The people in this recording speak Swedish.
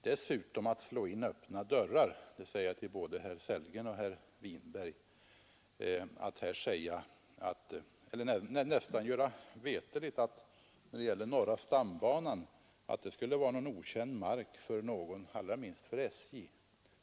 Dessutom vill jag säga både till herr Sellgren och herr Winberg att det är att slå in öppna dörrar att göra gällande att norra stambanan skulle vara okänd mark för SJ.